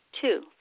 Two